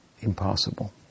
impossible